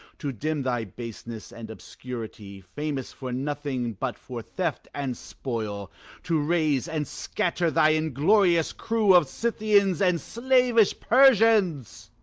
to dim thy baseness and obscurity, famous for nothing but for theft and spoil to raze and scatter thy inglorious crew of scythians and slavish persians.